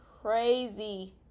crazy